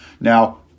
Now